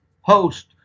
host